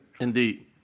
Indeed